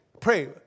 pray